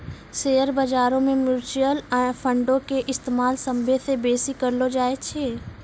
share बजारो मे mutual फंडो के इस्तेमाल सभ्भे से बेसी करलो जाय छै